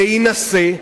להינשא.